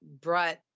brought